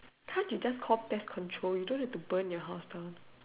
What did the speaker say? can't you just call pest control you don't have to burn your house down